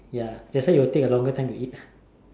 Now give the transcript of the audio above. ya that's why you will take a longer time to eat